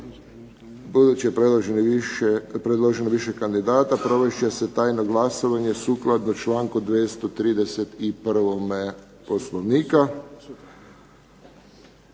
Budući da je predloženo više kandidata provest će se tajno glasovanje sukladno čl. 231. Poslovnika.